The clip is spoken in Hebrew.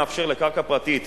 מאפשר לקרקע פרטית